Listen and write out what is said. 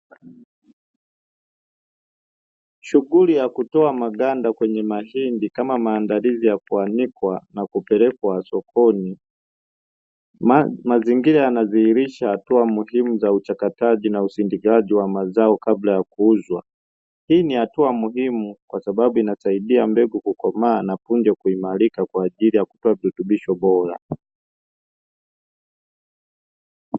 Shughuli ya kutoa maganda kwenye mahindi, kama maandalizi ya kuanikwa na kupelekwa sokoni. Mazingira yanadhihirisha hatua muhimu za uchakataji na usindikaji wa mazao kabla ya kuuzwa. Hii ni hatua muhimu kwa sababu inasaidia mbegu kukomaa na kuimarika kwa ajili ya kutoa virutubisho bora.